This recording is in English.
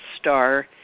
star